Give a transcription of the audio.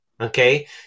okay